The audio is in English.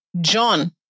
John